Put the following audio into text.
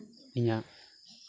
ᱤᱧᱟᱹᱜ